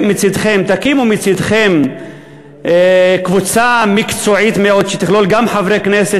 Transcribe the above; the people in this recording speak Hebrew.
תקימו מצדכם קבוצה מקצועית מאוד שתכלול גם חברי כנסת